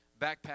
backpack